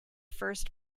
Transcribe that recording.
first